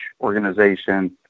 Organization